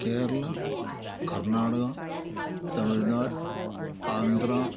Kerala Karnataka Tamil Nadu Andhra